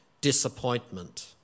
disappointment